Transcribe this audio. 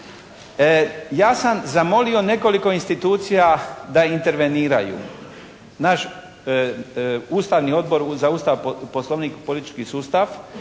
Ja sam zamolio nekoliko institucija da interveniraju. Naš Ustavni Odbor za Ustav, Poslovnik i politički sustav